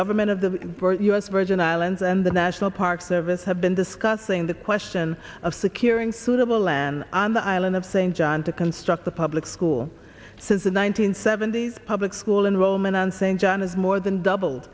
government of the u s virgin islands and the national park service have been discussing the question of securing suitable land on the island of st john to construct a public school since the one nine hundred seventy s public school enrollment on st john is more than doubled